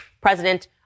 president